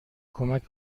کمک